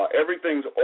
Everything's